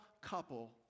couple